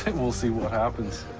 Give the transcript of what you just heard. and we'll see what happens.